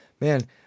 man